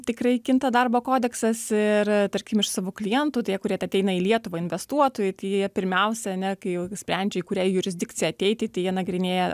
tikrai kinta darbo kodeksas ir tarkim iš savo klientų tie kurie ateina į lietuvą investuotojai tai jie pirmiausia ane kai jau sprendžia į kurią jurisdikciją ateiti tai jie nagrinėja